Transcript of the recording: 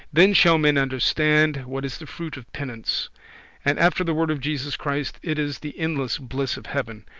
then shall men understand, what is the fruit of penance and after the word of jesus christ, it is the endless bliss of heaven,